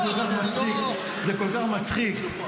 זה כל כך מצחיק.